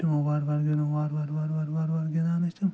ہوٚچھِ تِمو وارٕ وارٕ گِنٛدُن وارٕ وارٕ وارٕ وارٕ گِنٛدان ٲسۍ تِم